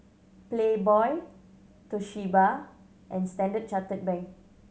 Playboy Toshiba and Standard Chartered Bank